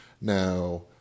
Now